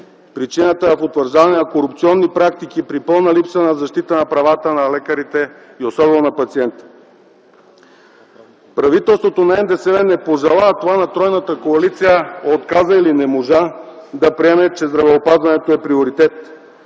Причината в утвърждаване на корупционни практики, при пълна липса на защита на правата на лекарите и особено на пациентите. Правителството на НДСВ не пожела това, тройната коалиция отказа или не можа да приеме, че здравеопазването е приоритет.